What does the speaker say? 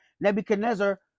Nebuchadnezzar